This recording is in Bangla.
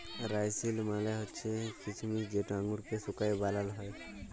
রাইসিল মালে হছে কিছমিছ যেট আঙুরকে শুঁকায় বালাল হ্যয়